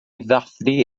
ddathlu